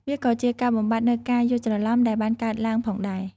វាក៏ជាការបំបាត់នូវការយល់ច្រឡំដែលបានកើតឡើងផងដែរ។